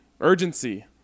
Urgency